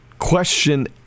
Question